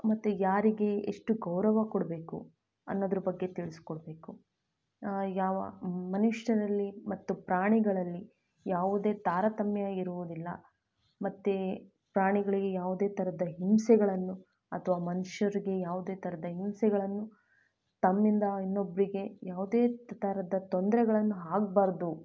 ಮತ್ತು ಯಾರಿಗೆ ಎಷ್ಟು ಗೌರವ ಕೊಡಬೇಕು ಅನ್ನೋದ್ರ ಬಗ್ಗೆ ತಿಳಿಸ್ಕೊಡ್ಬೇಕು ಯಾವ ಮನುಷ್ಯರಲ್ಲಿ ಮತ್ತು ಪ್ರಾಣಿಗಳಲ್ಲಿ ಯಾವುದೇ ತಾರತಮ್ಯ ಇರುವುದಿಲ್ಲ ಮತ್ತು ಪ್ರಾಣಿಗಳಿಗೆ ಯಾವುದೇ ಥರದ ಹಿಂಸೆಗಳನ್ನು ಅಥವಾ ಮನುಷ್ಯರಿಗೆ ಯಾವುದೇ ಥರದ ಹಿಂಸೆಗಳನ್ನು ತಮ್ಮಿಂದ ಇನ್ನೊಬ್ಬರಿಗೆ ಯಾವುದೇ ತ್ ಥರದ ತೊಂದ್ರೆಗಳನ್ನು ಆಗ್ಬಾರ್ದು